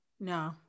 no